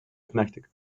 connecticut